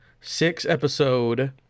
six-episode